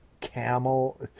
camel